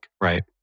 Right